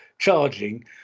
charging